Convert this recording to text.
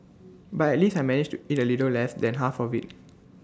but at least I managed to eat A little less than half of IT